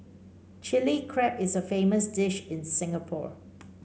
Chilli Crab is a famous dish in Singapore